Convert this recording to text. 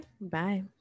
Bye